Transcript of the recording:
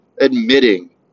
admitting